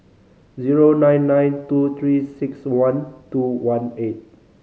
zero nine nine two Three Six One two one eight